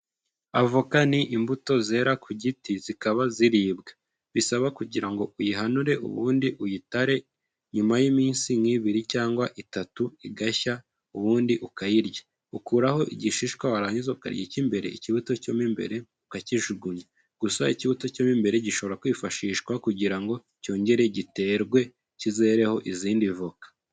Avoka ni imbuto zera ku giti zikaba ziribwa, bisaba kugira ngo uyihanure ubundi uyitare, nyuma y'iminsi nk'ibiri cyangwa itatu igashya ubundi ukayirya, ukuraho igishishwa warangiza ukarya ik'imbere ikibuto cyomo imbere ukakiyijugunya gusa ikibuto cyo mu imbere gishobora kwifashishwa kugira ngo cyongere giterwe kizereho izindi voka.